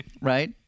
Right